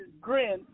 grin